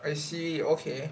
I see okay